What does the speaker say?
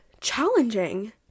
challenging